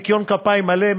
בניקיון כפיים מלא,